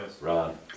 Ron